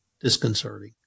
disconcerting